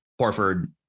Horford